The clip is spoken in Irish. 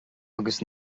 agus